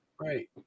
Right